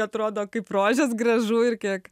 atrodo kaip rožės gražu ir kiek